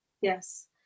Yes